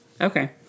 Okay